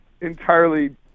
entirely